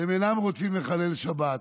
והם אינם רוצים לחלל שבת.